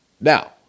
Now